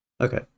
Okay